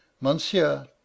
Monsieur